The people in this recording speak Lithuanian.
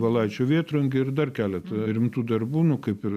valaičio vėtrungė ir dar keletą rimtų darbų nu kaip ir